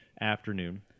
afternoon